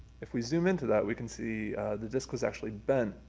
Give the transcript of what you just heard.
if we zoom into that we can see the disc was actually bent.